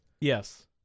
Yes